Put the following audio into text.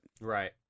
right